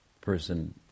person